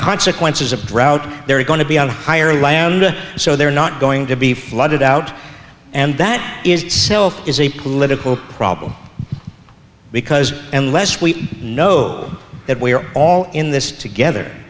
consequences of drought they're going to be on higher land so they're not going to be flooded out and that is itself is a political problem because unless we know that we're all in this together